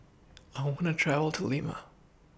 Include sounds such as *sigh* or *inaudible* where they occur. *noise* I wanna travel to Lima